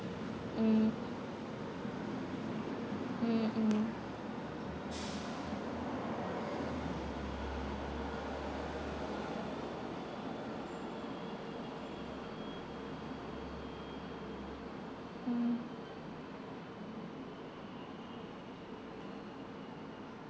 mm mm mm mm